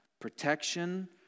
protection